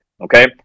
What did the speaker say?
okay